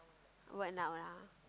what now lah